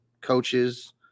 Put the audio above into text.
coaches